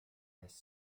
ice